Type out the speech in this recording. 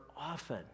often